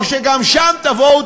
או שגם שם תבואו,